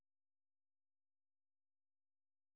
ಹಾಂ ಹಾಂ okay address ಕೊಟ್ಟು ಹಾಂ